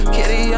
Kitty